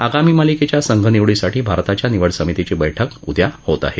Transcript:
आगामी मालिकेच्या संघ निवडीसाठी भारताच्या निवडसमितीची बैठक उद्या होत आहे